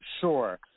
Sure